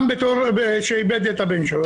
גם בתור אדם שאיבד את הבן שלו.